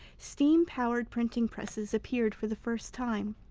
steam-powered printing presses appeared for the first time.